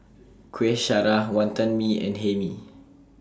Kuih Syara Wonton Mee and Hae Mee